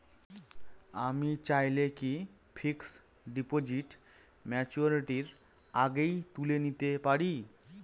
আমি চাইলে কি ফিক্সড ডিপোজিট ম্যাচুরিটির আগেই তুলে নিতে পারি?